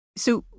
so,